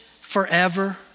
forever